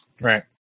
Right